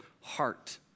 heart